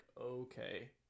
okay